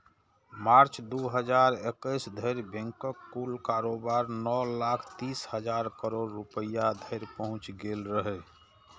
मार्च, दू हजार इकैस धरि बैंकक कुल कारोबार नौ लाख तीस हजार करोड़ रुपैया धरि पहुंच गेल रहै